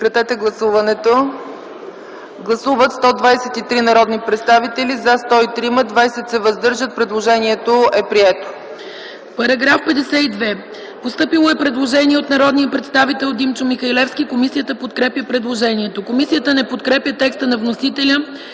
По § 52 е постъпило предложение от народния представител Димчо Михалевски. Комисията подкрепя предложението. Комисията не подкрепя текста на вносителя